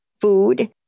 food